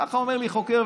ככה אומר לי חוקר,